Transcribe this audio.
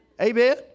amen